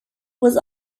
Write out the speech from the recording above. was